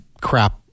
crap